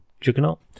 Juggernaut